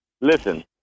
Listen